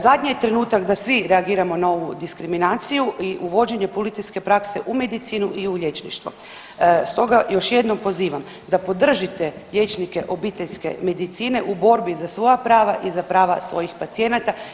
Zadnji je trenutak da svi reagiramo na ovu diskriminaciju i uvođenje policijske prakse u medicinu i u liječništvo, stoga još jednom pozivam da podržite liječnike obiteljske medicine u borbi za svoja prava i za prava svojih pacijenata.